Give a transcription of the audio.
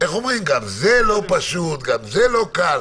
גם זה לא פשוט, גם זה לא קל,